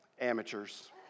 Amateurs